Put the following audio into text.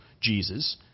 Jesus